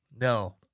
No